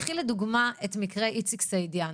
קחי לדוגמה את מקרה איציק סעידיאן.